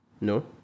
No